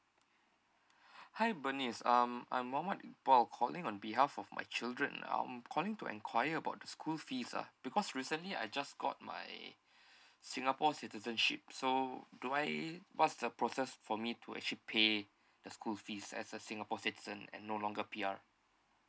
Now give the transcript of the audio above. hi bernice um I'm muhammad iqbal calling on behalf of my children I'm calling to enquire about the school fees lah because recently I just got my singapore citizenship so do I what's the process for me to actually pay the school fees as a singapore citizen and no longer P_R